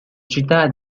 città